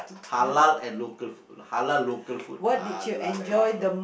halal and local food halal local food halal and local